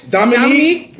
Dominique